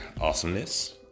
awesomeness